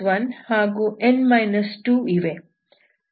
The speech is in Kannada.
ಇಲ್ಲಿ n1 ಹಾಗೂ n 2 ಇವೆ